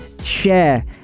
Share